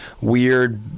weird